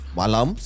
malam